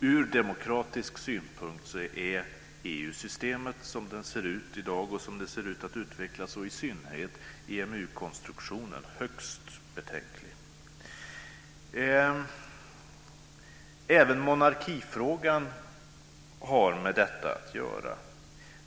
Från demokratisk synpunkt är EU-systemet som det ser ut i dag och som det ser ut att utvecklas och, i synnerhet, EMU-konstruktionen högst betänkliga. Även monarkifrågan har med detta att göra.